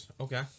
Okay